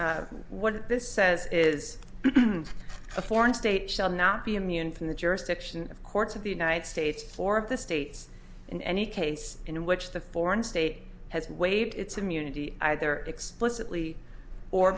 one what this says is a foreign state shall not be immune from the jurisdiction of courts of the united states four of the states in any case in which the foreign state has waived its immunity either explicitly or